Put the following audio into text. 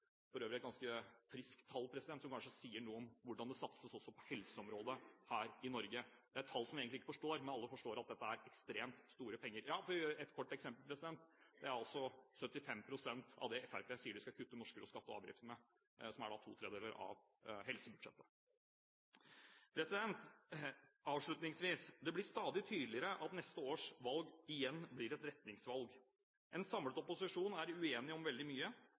for øvrig et ganske friskt tall, som kanskje sier noe om hvordan det satses også på helseområdet her i Norge. Det er et tall man egentlig ikke forstår, men alle forstår at dette er ekstremt store penger. For å ta ett lite eksempel: Det er altså 75 pst. av det som Fremskrittspartiet sier de skal kutte skatter og avgifter med – som da er to tredeler av helsebudsjettet. Avslutningsvis: Det blir stadig tydeligere at neste års valg igjen blir et retningsvalg. En samlet opposisjon er uenig om veldig mye: